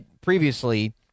previously